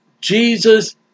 Jesus